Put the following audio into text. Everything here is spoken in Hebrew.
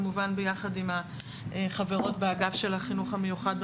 אלא כמובן יחד עם החברות של החינוך המיוחד,